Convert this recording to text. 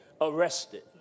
arrested